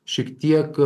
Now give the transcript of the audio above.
šiek tiek